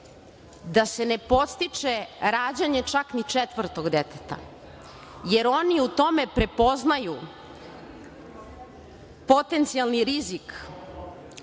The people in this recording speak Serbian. da se ne podstiče rađanje čak ni četvrtog deteta, jer oni u tome prepoznaju potencijalni rizik